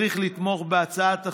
צריך לתמוך בהצעת החוק.